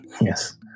Yes